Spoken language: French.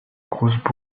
grosse